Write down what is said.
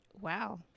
Wow